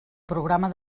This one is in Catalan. programa